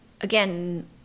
again